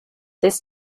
this